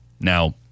now